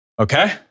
Okay